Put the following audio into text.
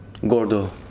Gordo